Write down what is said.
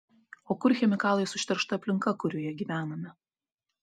o kur chemikalais užteršta aplinka kurioje gyvename